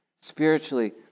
spiritually